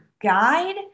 guide